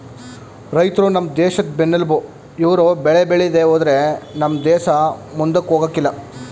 ರೈತ್ರು ನಮ್ ದೇಶದ್ ಬೆನ್ನೆಲ್ಬು ಇವ್ರು ಬೆಳೆ ಬೇಳಿದೆ ಹೋದ್ರೆ ನಮ್ ದೇಸ ಮುಂದಕ್ ಹೋಗಕಿಲ್ಲ